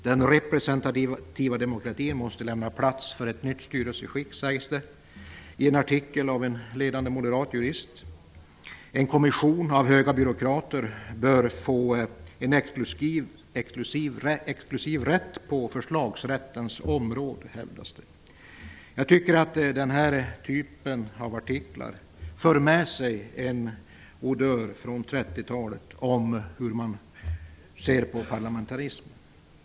Den representativa demokratin måste lämna plats för ett nytt styrelseskick sägs det i en artikel av en ledande moderat jurist. En kommission av högt uppsatta byråkrater bör få en exklusiv rätt att lämna förslag, hävdas det. Jag tycker att denna typ av artiklar för med sig en odör från 30-talet när det gäller hur man ser på parlamentarismen.